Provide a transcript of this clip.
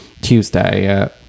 Tuesday